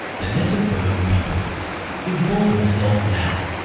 the lesson for young people involve yourself now.